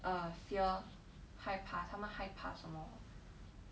uh fear 害怕他们害怕什么